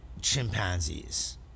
chimpanzees